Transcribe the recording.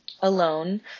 alone